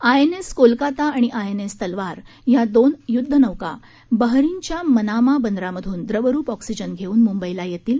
I N S Kolkata आणि I N S Talwar या दोन य्द्धनौका बहरीन च्या मनामा बंदरामधून द्रवरूप ऑक्सिजन घेऊन म्ंबईला येतील